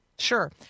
Sure